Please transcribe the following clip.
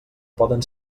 poden